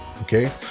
Okay